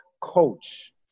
coach